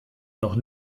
noch